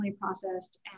processed